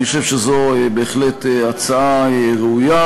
אני חושב שזו בהחלט הצעה ראויה.